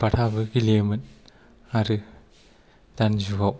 बाथाबो गेलेयोमोन आरो दानि जुगाव